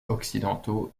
occidentaux